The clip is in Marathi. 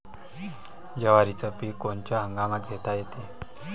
जवारीचं पीक कोनच्या हंगामात घेता येते?